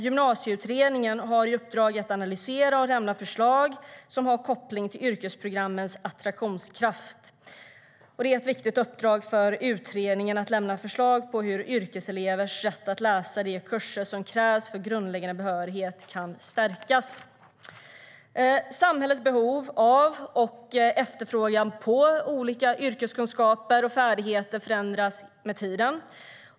Gymnasieutredningen har i uppdrag att analysera och lämna förslag som har koppling till yrkesprogrammens attraktionskraft. Det är ett viktigt uppdrag för utredningen att lämna förslag på hur yrkeselevers rätt att läsa de kurser som krävs för grundläggande behörighet kan stärkas. Samhällets behov av och efterfrågan på olika yrkeskunskaper och yrkesfärdigheter förändras med tiden.